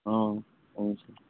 అవును సార్